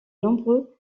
nombreux